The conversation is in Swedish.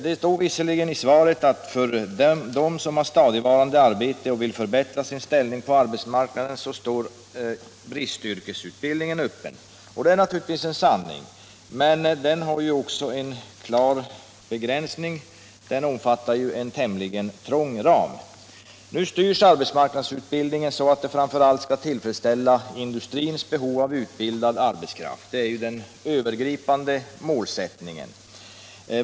Det står i svaret: ”För dem som har stadigvarande arbete och vill förbättra sin ställning på arbetsmarknaden står bristyrkesutbildningen öppen.” Det är visserligen sant, men denna utbildning har en klar begränsning; den bedrivs inom en tämligen trång ram. Nu styrs marknadsutbildningen så att den framför allt skall tillfredsställa industrins behov av utbildad arbetskraft — det är den övergripande målsättningen.